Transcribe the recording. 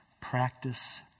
practice